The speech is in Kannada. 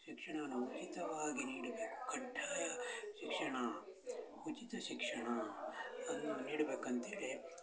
ಶಿಕ್ಷಣವನ್ನು ಉಚಿತವಾಗಿ ನೀಡಬೇಕು ಕಡ್ಡಾಯ ಶಿಕ್ಷಣ ಉಚಿತ ಶಿಕ್ಷಣ ಅನ್ನು ನೀಡಬೇಕು ಅಂತೇಳಿ